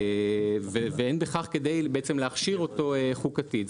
ואין בכך כדי להכשיר אותו חוקתית.